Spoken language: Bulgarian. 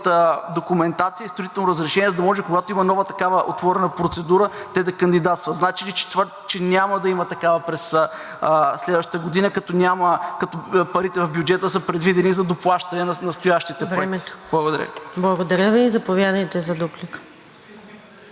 документация и строително разрешение, за да може, когато има нова такава отворена процедура, те да кандидатстват. Значи ли, че няма да има такава през следващата година, като парите в бюджета са предвидени за доплащане на настоящите проекти? Благодаря Ви. ПРЕДСЕДАТЕЛ НАДЕЖДА